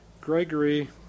Gregory